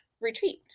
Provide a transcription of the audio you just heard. retreat